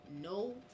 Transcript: no